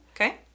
Okay